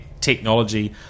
technology